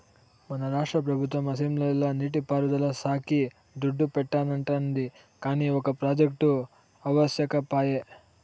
మన రాష్ట్ర పెబుత్వం అసెంబ్లీల నీటి పారుదల శాక్కి దుడ్డు పెట్టానండాది, కానీ ఒక ప్రాజెక్టు అవ్యకపాయె